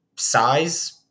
Size